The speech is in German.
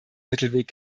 mittelweg